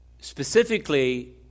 Specifically